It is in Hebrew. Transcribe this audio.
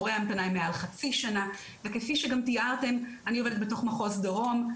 תורי ההמתנה הם מעל חצי שנה וכפי שגם תיארתם אני עובדת בתוך מחוז דרום,